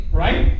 right